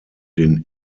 den